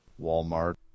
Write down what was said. Walmart